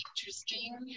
interesting